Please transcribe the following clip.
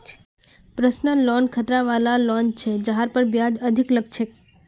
personal loan खतरा वला loan छ जहार पर ब्याज अधिक लग छेक